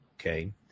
okay